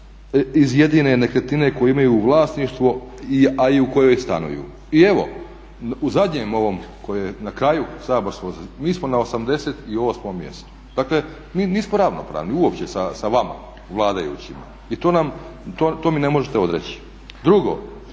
iz jedine nekretnine koju imaju u vlasništvu, a i u kojoj stanuju. I evo u zadnjem ovom, na kraju saborskog mi smo na 88. mjestu. Dakle, mi nismo ravnopravni uopće sa vama, vladajućima. I to mi ne možete odreći. Drugo,